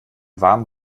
warmen